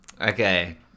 Okay